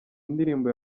indirimbo